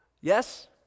Yes